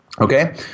Okay